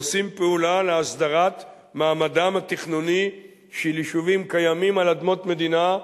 עושים פעולה להסדרת מעמדם התכנוני של יישובים קיימים על אדמות מדינה,